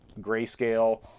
grayscale